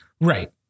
right